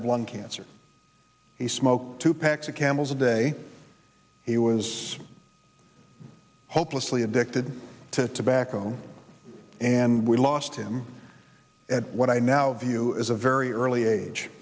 of lung cancer he smoked two packs of camels a day he was hopelessly addicted to tobacco and we lost him at what i now view is a very early age